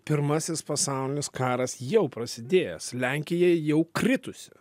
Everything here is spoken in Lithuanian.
pirmasis pasaulinis karas jau prasidėjęs lenkija jau kritusi